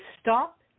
Stop